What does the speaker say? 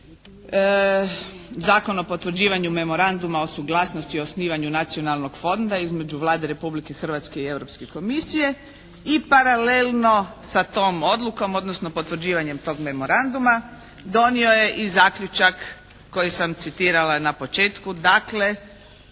Zakon o potvrđivanju Memoranduma o suglasnosti o osnivanju Nacionalnog fonda između Vlade Republike Hrvatske i Europske komisije i paralelno sa tom odlukom, odnosno potvrđivanjem tog memoranduma donio je i zaključak koji sam citirala na početku,